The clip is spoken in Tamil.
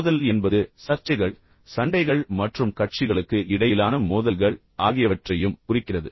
மோதல் என்பது சர்ச்சைகள் சண்டைகள் மற்றும் கட்சிகளுக்கு இடையிலான மோதல்கள் ஆகியவற்றையும் குறிக்கிறது